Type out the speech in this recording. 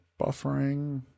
buffering